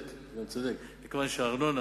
המקומית, סטטוס הרשות המקומית באשר לזכאות לקבלה